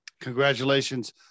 Congratulations